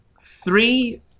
three